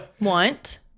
want